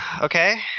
Okay